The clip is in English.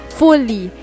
fully